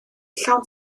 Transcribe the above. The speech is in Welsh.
llawn